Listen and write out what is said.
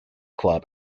club